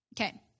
Okay